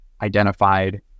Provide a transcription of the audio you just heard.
identified